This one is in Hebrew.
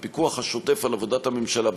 הפיקוח השוטף על עבודת הממשלה,